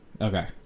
Okay